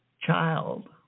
child